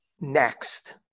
next